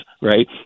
right